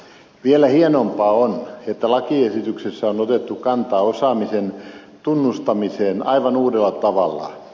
vielä hienompaa on että lakiesityksessä on otettu kantaa osaamisen tunnustamiseen aivan uudella tavalla